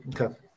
Okay